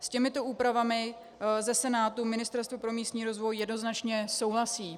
S těmito úpravami ze Senátu Ministerstvo pro místní rozvoj jednoznačně souhlasí.